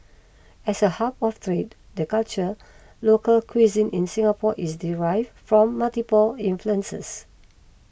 as a hub for freed the culture local cuisine in Singapore is derived from multiple influences